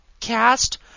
cast